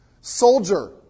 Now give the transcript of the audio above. Soldier